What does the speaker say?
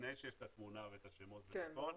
לפני שיש את התמונה והשמות והכל,